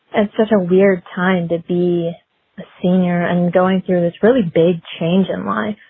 and such a weird time to be a senior and going through this really big change in life.